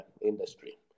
industry